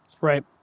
Right